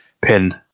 pin